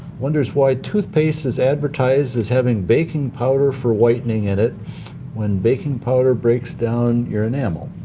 wonders why tooth paste is advertised as having baking powder for whitening in it when baking powder breaks down your enamel.